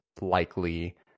likely